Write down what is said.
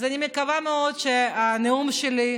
אז אני מקווה מאוד שהנאום שלי,